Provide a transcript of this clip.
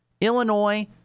Illinois